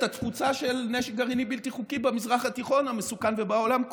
התפוצה של נשק גרעיני בלתי חוקי במזרח התיכון המסוכן ובעולם כולו.